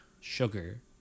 Sugar